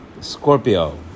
Scorpio